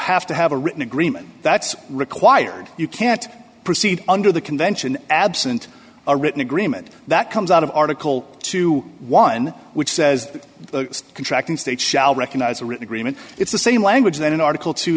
have to have a written agreement that's required you can't proceed under the convention absent a written agreement that comes out of article twenty one dollars which says the contract and states shall recognize a written agreement it's the same language then in article tw